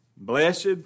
Blessed